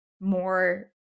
more